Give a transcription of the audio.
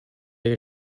your